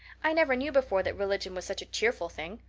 i never knew before that religion was such a cheerful thing.